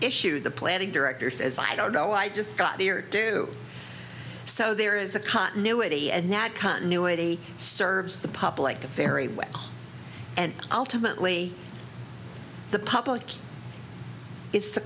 issue the planning director says i don't know i just got the or do so there is a continuity and that continuity serves the public a very well and ultimately the public is the